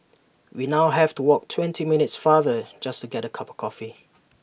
we now have to walk twenty minutes farther just to get A cup of coffee